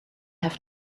have